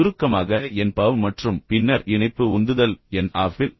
சுருக்கமாக என் ப வ் மற்றும் பின்னர் இணைப்பு உந்துதல் N அஃபில்